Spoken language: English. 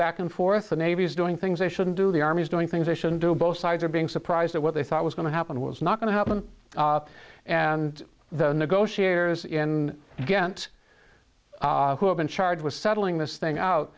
back and forth the navy's doing things they shouldn't do the army is doing things they shouldn't do both sides are being surprised that what they thought was going to happen was not going to happen and the negotiators in ghent who have been charged with settling this thing out